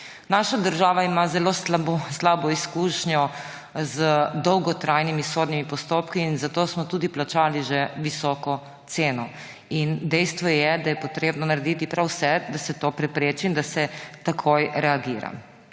Naša država ima zelo slabo izkušnjo z dolgotrajnimi sodnimi postopki in zato smo tudi plačali že visoko ceno. In dejstvo je, da je potrebno narediti prav vse, da se to prepreči in da se takoj reagira.